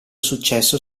successo